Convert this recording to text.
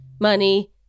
money